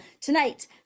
tonight